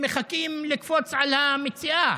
הם מחכים לקפוץ על המציאה.